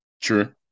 True